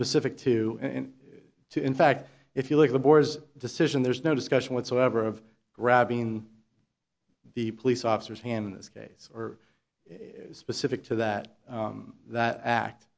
specific two and two in fact if you like the boers decision there's no discussion whatsoever of grabbing the police officers hand in this case or specific to that that act